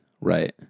Right